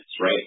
right